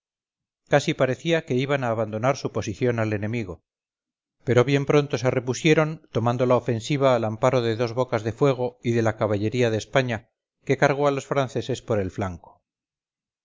casi parecía que iban a abandonar su posición al enemigo pero bien pronto se repusieron tomando la ofensivaal amparo de dos bocas de fuego y de la caballería de españa que cargó a los franceses por el flanco